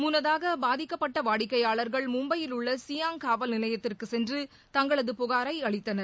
முன்னதாக பாதிக்கப்பட்ட வாடிக்கையாளர்கள் மும்பையில் உள்ள சியாங் காவல் நிலையத்திற்கு சென்று தங்களது புகாரை அளித்தனர்